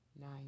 nine